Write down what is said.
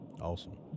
Awesome